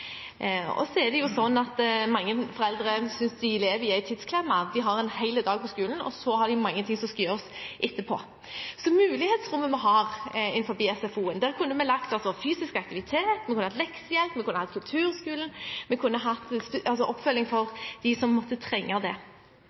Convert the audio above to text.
Mange foreldre synes de lever i en tidsklemme: Barna har en hel dag på skolen, og så har de mange ting som skal gjøres etterpå. Mulighetsrommet vi har innenfor SFO, gjør at vi kunne lagt inn fysisk aktivitet, leksehjelp, kulturskole og oppfølging for dem som måtte trenge det. Høyres Kristin Vinje har denne uken hatt